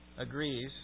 agrees